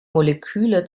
moleküle